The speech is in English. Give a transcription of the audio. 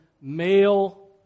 male